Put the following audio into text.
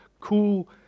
cool